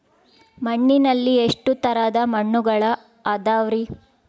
ಮಣ್ಣಿನಲ್ಲಿ ಎಷ್ಟು ತರದ ಮಣ್ಣುಗಳ ಅದವರಿ?